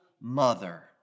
mother